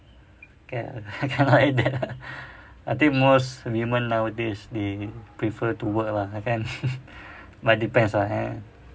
cannot cannot like that ah I think most women nowadays is they prefer to work ah kan but depends ah eh